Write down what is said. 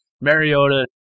Mariota